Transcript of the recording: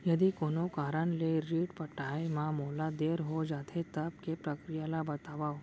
यदि कोनो कारन ले ऋण पटाय मा मोला देर हो जाथे, तब के प्रक्रिया ला बतावव